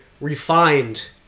refined